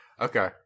Okay